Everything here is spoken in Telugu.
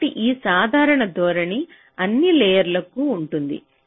కాబట్టి ఈ సాధారణ ధోరణి అన్ని లేయర్ కు ఉంటుంది